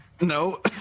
no